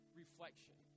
reflection